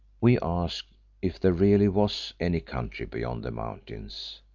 we asked if there really was any country beyond the mountains,